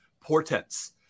portents